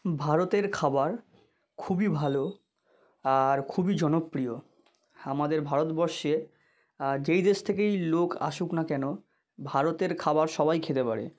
ভারতের খাবার খুবই ভালো আর খুবই জনপ্রিয় আমাদের ভারতবর্ষে যেই দেশ থেকেই লোক আসুক না কেন ভারতের খাবার সবাই খেতে পারে